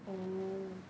oh